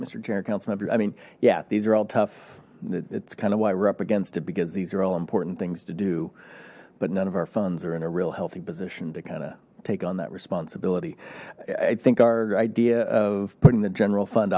member i mean yeah these are all tough it's kind of why we're up against it because these are all important things to do but none of our funds are in a real healthy position to kind of take on that responsibility i think our idea of putting the general fund